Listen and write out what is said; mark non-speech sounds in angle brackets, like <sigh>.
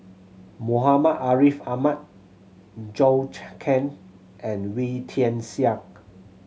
Muhammad Ariff Ahmad Zhou <unintelligible> Can and Wee Tian Siak